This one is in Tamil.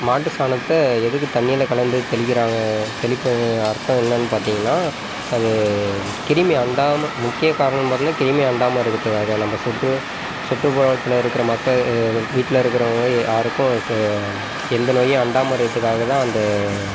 மாட்டு சாணத்தை எதுக்கு தண்ணியில் கலந்து தெளிக்கிறாங்க தெளிப்பது அர்த்தம் என்னென்னு பார்த்தீங்கனா அது கிருமி அண்டாமல் முக்கிய காரணம் பார்த்தீங்கனா கிருமி அண்டாமல் இருக்கிறதுக்காக நம்ம சுற்று சுற்றுப்புறத்தில் உள்ள மக்கள் வீட்டில் இருக்கிறவங்க யாருக்கும் சு எந்த நோயும் அண்டாமல் இருக்கிறதுக்காகத்தான் அந்த